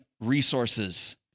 resources